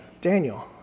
Daniel